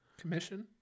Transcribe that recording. Commission